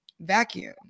Vacuum